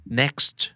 next